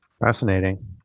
fascinating